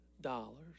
dollars